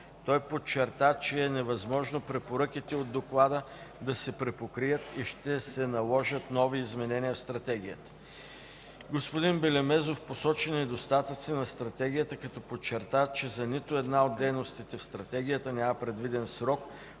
Той подчерта, че е невъзможно препоръките от доклада да се препокрият и ще се наложат нови изменения в Стратегията. Господин Белемезов посочи недостатъци на Стратегията като подчерта, че за нито една от дейностите в Стратегията няма предвиден срок,